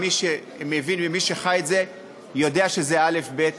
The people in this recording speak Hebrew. מי שמבין ומי שחי את זה יודע שזה אלף-בית